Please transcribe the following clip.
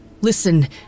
listen